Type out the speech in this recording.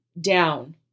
down